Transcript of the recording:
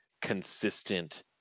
consistent